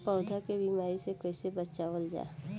पौधा के बीमारी से कइसे बचावल जा?